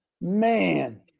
Man